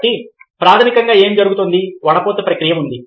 కాబట్టి ప్రాథమికంగా ఏమి జరుగుతుంది వడపోత ప్రక్రియ ఉంది